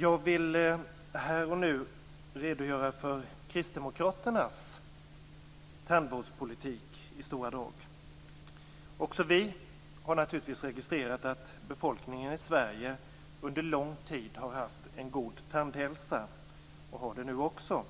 Jag vill nu i stora drag redogöra för kristdemokraternas tandvårdspolitik. Också vi har naturligtvis registrerat att befolkningen i Sverige under lång tid har haft en god tandhälsa och har det nu också.